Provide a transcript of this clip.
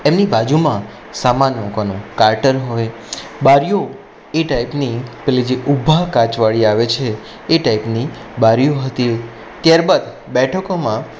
એમની બાજુમાં સામાન મૂકવાનું કાર્ટન હોય બારીઓ એ ટાઈપની પેલી જે ઊભા કાચવાળી આવે છે એ ટાઈપની બારીઓ હતી ત્યારબાદ બેઠકોમાં